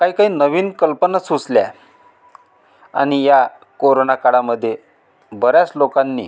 काही काही नवीन कल्पना सुचल्या आनी या कोरोना काळामध्ये बऱ्याच लोकांनी